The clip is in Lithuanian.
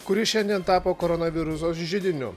kuri šiandien tapo koronaviruso židiniu